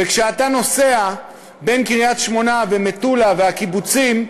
וכשאתה נוסע בין קריית-שמונה ומטולה והקיבוצים,